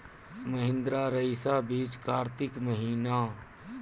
महिंद्रा रईसा बीज कार्तिक महीना?